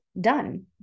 done